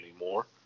anymore